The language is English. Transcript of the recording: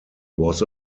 was